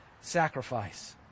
sacrifice